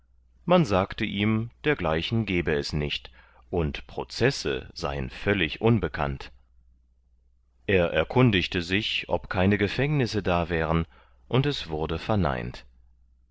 man sagte ihm dergleichen gebe es nicht und processe seien völlig unbekannt er erkundigte sich ob keine gefängnisse da wären und es wurde verneint